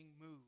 move